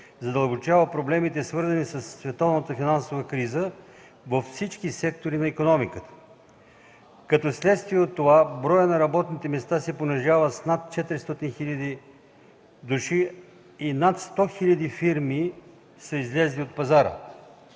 задълбочава проблемите, свързани със световната финансова криза, във всички сектори на икономиката. Като следствие от това броят на работните места се понижава с над 400 хил. души, а над 100 хиляди предприятия са излезли от пазара.